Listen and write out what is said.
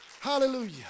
Hallelujah